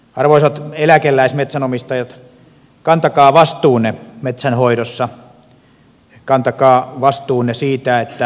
arvoisat eläkeläismetsänomistajat kantakaa vastuunne metsänhoidossa kantakaa vastuunne siitä että puu liikkuu